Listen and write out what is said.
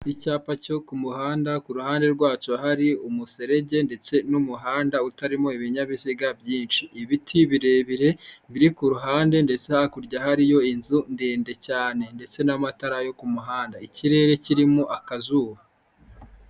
Icyapa cyo ku muhanda ku ruhande rwacyo hari umuserege ndetse n'umuhanda utarimo ibinyabiziga byinshi. Ibiti birebire biri ku ruhande ndetse hakurya hariyo inzu ndende cyane ndetse n'amatara yo ku muhanda, ikirere kirimo akazuba.